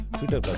Twitter